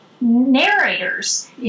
narrators